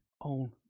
own